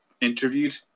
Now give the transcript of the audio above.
interviewed